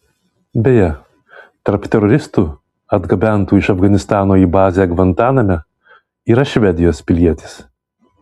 beje tarp teroristų atgabentų iš afganistano į bazę gvantaname yra švedijos pilietis